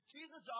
Jesus